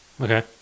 Okay